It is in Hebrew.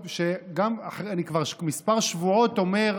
אני כבר כמה שבועות אומר,